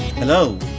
Hello